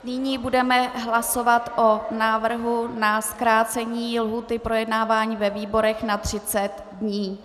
Nyní budeme hlasovat o návrhu na zkrácení lhůty projednávání ve výborech na 30 dní.